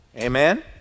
Amen